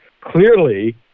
Clearly